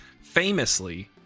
famously